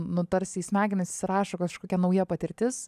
nu tarsi į smegenis įsirašo kažkokia nauja patirtis